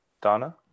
Donna